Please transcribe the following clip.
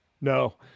no